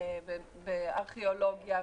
בארכיאולוגיה,